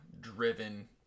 driven